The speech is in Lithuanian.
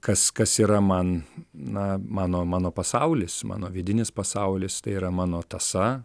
kas kas yra man na mano mano pasaulis mano vidinis pasaulis tai yra mano tąsa